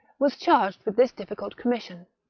was charged with this difficult commission.